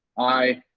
aye,